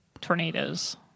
Tornadoes